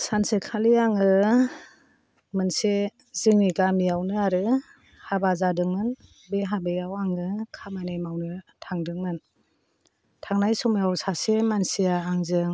सानसेखालि आङो मोनसे जोंनि गामियावनो आरो हाबा जादोंमोन बे हाबायाव आङो खामानि मावनो थांदोंमोन थांनाय समायाव सासे मानसिया आंजों